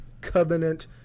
Covenant